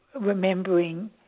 remembering